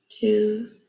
two